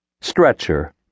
stretcher